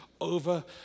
over